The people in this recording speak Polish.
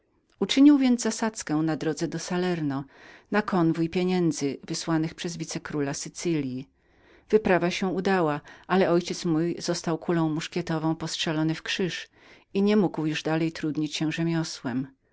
uczynił więc zasadzkę na drodze do salerny na konwój pieniędzy wysłanych przez wicekróla sycylji wyprawa się udała ale mój ojciec został kulą postrzelony w krzyż i nie mógł już dalej trudnić się rzemiosłem